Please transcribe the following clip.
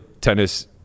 tennis